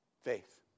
Faith